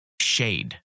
Shade